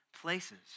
places